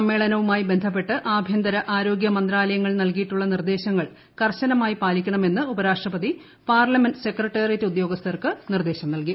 സമ്മേളനവുമായി ബന്ധപെട്ട് ആഭ്യന്തര ആരോഗൃ മന്ത്രാലയ ങ്ങൾ നൽകിയിട്ടുള്ള നിർദേശങ്ങൾ കർശനമായി പാലിക്കണം എന്ന് ഉപരാഷ്ട്രപതി പാർലമെന്റ് സെക്രട്ടറിയേറ്റ് ഉദ്യോഗസ്ഥർക്ക് നിർദ്ദേശം നൽകി